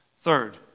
Third